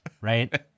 right